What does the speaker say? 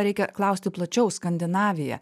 reikia klausti plačiau skandinavija